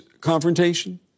confrontation